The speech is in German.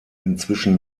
inzwischen